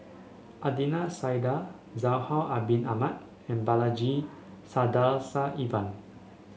Adnan Saidi Zainal Abidin Ahmad and Balaji Sadasivan